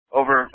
over